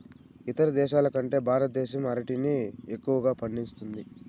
ఇతర దేశాల కంటే భారతదేశం అరటిని ఎక్కువగా పండిస్తుంది